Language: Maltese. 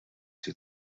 sit